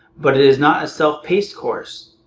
but it is not a self-paced course.